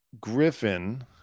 Griffin